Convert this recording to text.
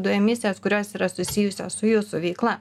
du emisijas kurios yra susijusios su jūsų veikla